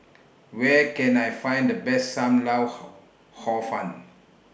Where Can I Find The Best SAM Lau Hor Hor Fun